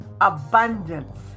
abundance